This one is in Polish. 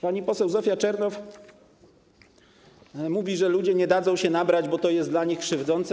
Pani poseł Zofia Czernow mówi, że ludzie nie dadzą się nabrać, bo to jest dla nich krzywdzące.